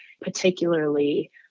particularly